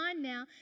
now